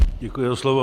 Děkuji za slovo.